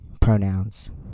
pronouns